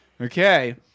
okay